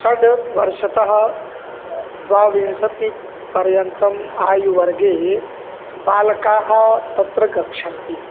षड् वर्षतः द्वाविंशति पर्यन्तम् आयुर्वर्गे बालकाः तत्र गच्छन्ति